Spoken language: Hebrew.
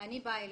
אני באה אליך.